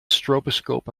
stroboscope